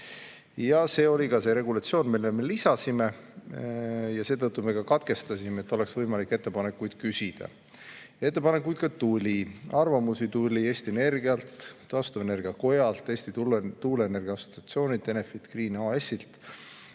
See oli ka see regulatsioon, mille me lisasime. Seetõttu me menetluse katkestasime, et oleks võimalik ettepanekuid küsida. Ettepanekuid ka tuli. Arvamusi tuli Eesti Energialt, taastuvenergia kojalt, Eesti Tuuleenergia Assotsiatsioonilt ja Enefit Green AS-ilt.